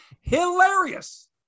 hilarious